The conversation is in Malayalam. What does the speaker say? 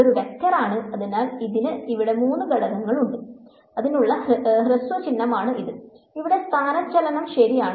ഇത് ഒരു വെക്റ്ററാണ് അതിനാൽ ഇതിന് ഇവിടെ മൂന്ന് ഘടകങ്ങളുണ്ട് അതിനുള്ള ഹ്രസ്വചിഹ്നമാണ് ഇത് ഇവിടെ സ്ഥാനചലനം ശരിയാണ്